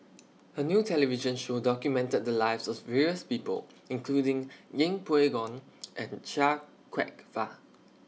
A New television Show documented The Lives of various People including Yeng Pway Ngon and Chia Kwek Fah